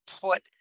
put